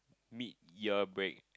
mid year break